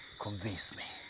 convince me!